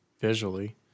Visually